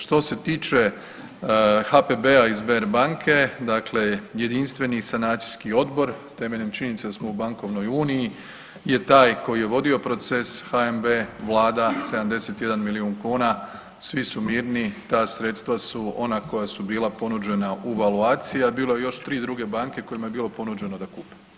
Što se tiče HPB-a i Sberbanke, dakle Jedinstveni sanacijski odbor temeljem činjenice da smo u bankovnoj uniji je taj koji je vodio proces, HNB, Vlada, 71 milijun kuna, svi su mirni, ta sredstva su ona koja su bila ponuđena u valuaciji, a bilo je još 3 druge banke kojima je bilo ponuđeno da kupe.